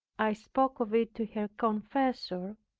i spoke of it to her confessor,